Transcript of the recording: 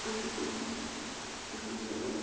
اننٛت ناگ Ganderbal